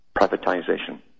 privatization